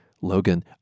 Logan